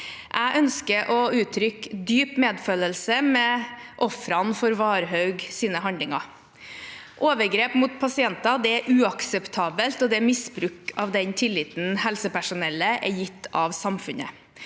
Jeg ønsker å uttrykke dyp medfølelse med ofrene for Varhaugs handlinger. Overgrep mot pasienter er uakseptabelt. Det er misbruk av den tilliten helsepersonell er gitt av samfunnet.